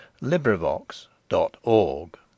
LibriVox.org